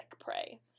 prey